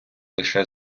лише